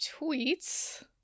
tweets